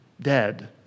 dead